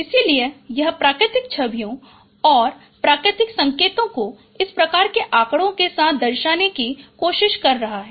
इसलिए यह प्राकृतिक छवियों और प्राकृतिक संकेतों को इस प्रकार के आँकड़े के साथ दर्शाने की कोशिश कर रहा है